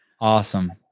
Awesome